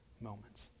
moments